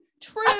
true